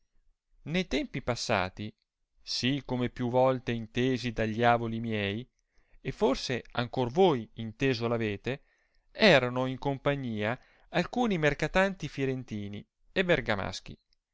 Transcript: ne tempi passati si come più volte intesi da gli avoli miei e forse ancor voi inteso l'avete erano in compagnia alcuni mercatanti fìrentini e bergamaschi